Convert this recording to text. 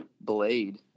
blade